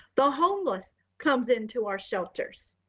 the homeless comes into our shelters.